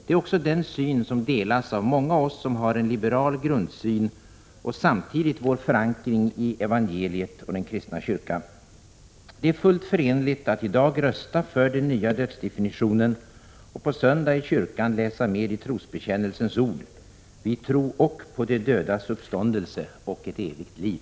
Det är också den syn som delas av många av oss som har en liberal grundsyn och samtidigt vår förankring i evangeliet och den kristna kyrkan. Det är fullt förenligt att i dag rösta för den nya dödsdefinitionen och på söndag i kyrkan läsa med i trosbekännelsens ord: ”Vi tro ock på de dödas uppståndelse och ett evigt liv.”